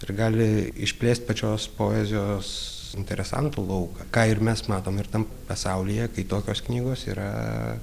ir gali išplėst pačios poezijos interesantų lauką ką ir mes matom ir tam pasaulyje kai tokios knygos yra